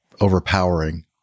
overpowering